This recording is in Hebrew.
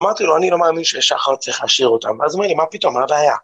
‫אמרתי לו, אני לא מאמין ‫ששחר צריך להשאיר אותם, ‫אז הוא אומר לי, מה פתאום, מה הבעיה?